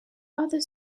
other